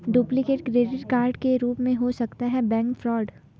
duplicate credit card के रूप में हो सकता है बैंक फ्रॉड